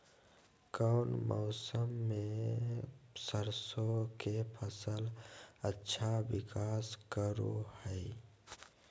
कौन मौसम मैं सरसों के फसल अच्छा विकास करो हय?